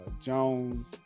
Jones